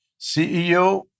CEO